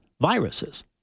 viruses